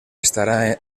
estará